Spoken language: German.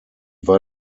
war